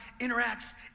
interacts